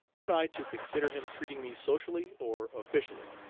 ought i to consider him treating me socially or officially?